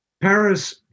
Paris